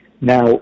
Now